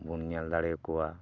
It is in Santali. ᱵᱚᱱ ᱧᱮᱞ ᱫᱟᱲᱮᱭᱟ ᱠᱚᱣᱟ